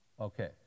Okay